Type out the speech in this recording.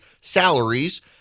salaries